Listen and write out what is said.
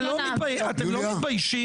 זה לא מטריד אותך?